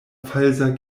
falsa